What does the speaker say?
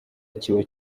kiba